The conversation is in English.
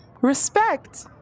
respect